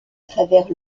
travers